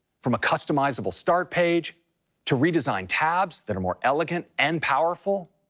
from a customizable start page to redesigned tabs that are more elegant and powerful,